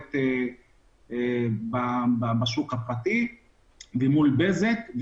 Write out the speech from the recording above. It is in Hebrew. תקשורת בשוק הפרטי ומול בזק.